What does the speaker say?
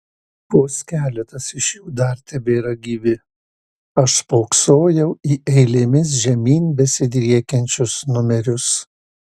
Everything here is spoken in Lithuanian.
vos keletas iš jų dar tebėra gyvi aš spoksojau į eilėmis žemyn besidriekiančius numerius